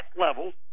levels